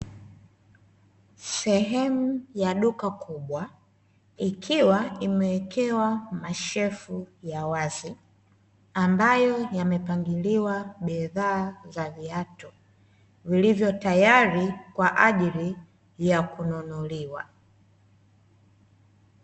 Sehemu ya duka kubwa, Ikiwa imewekewa mashelfu ya wazi ambayo yamepangiliwa bidhaa za viatu vilivyo tayali kwaajili ya kununuliwa.